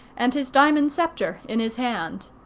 and his diamond sceptre in his hand.